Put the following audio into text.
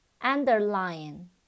Underline